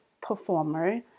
performer